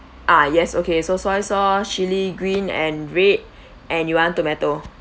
ah yes okay so soya sauce chilli green and red and you want tomato